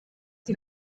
die